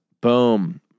Boom